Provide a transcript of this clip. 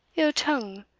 ill tongue?